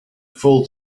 full